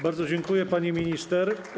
Bardzo dziękuję, pani minister.